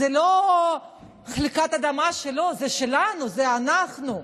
זו לא חלקת האדמה שלו, זה שלנו, זה אנחנו.